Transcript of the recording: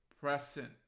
present